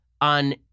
on